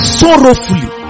sorrowfully